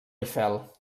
eiffel